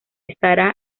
estará